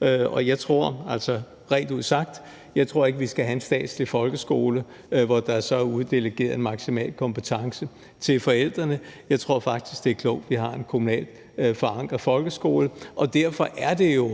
og jeg tror rent ud sagt ikke, vi skal have en statslig folkeskole, hvor der så er uddelegeret maksimal kompetence til forældrene. Jeg tror faktisk, det er klogt, vi har en kommunalt forankret folkeskole, og derfor er det jo